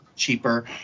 cheaper